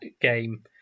game